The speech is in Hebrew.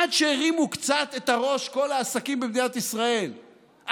עד שכל העסקים במדינת ישראל הרימו קצת את הראש,